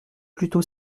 plutôt